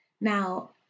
Now